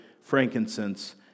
frankincense